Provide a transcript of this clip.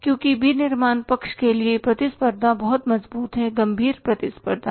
क्योंकि विनिर्माण पक्ष के लिए प्रतिस्पर्धा बहुत मजबूत है गंभीर प्रतिस्पर्धा है